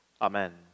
amen